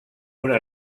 una